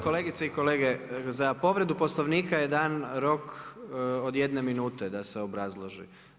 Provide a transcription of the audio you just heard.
Kolegice i kolege, za povredu Poslovnika je dan rok od jedne minute da se obrazloži.